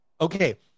Okay